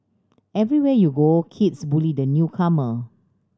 everywhere you go kids bully the newcomer